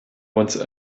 once